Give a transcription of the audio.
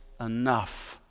enough